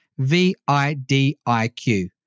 vidIQ